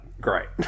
Great